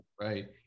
right